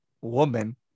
woman